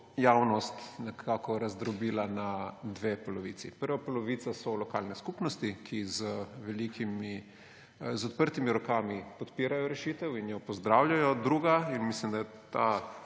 javnost nekako razdrobila na dve polovici. Prva polovica so lokalne skupnosti, ki z odprtimi rokami podpirajo rešitev in jo pozdravljajo, druga – in mislim, da je ta